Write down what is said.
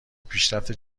پیشرفت